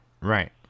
Right